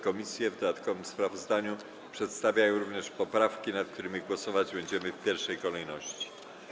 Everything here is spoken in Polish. Komisje w dodatkowym sprawozdaniu przedstawiają również poprawki, nad którymi głosować będziemy w pierwszej kolejności.